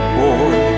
boy